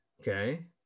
okay